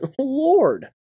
lord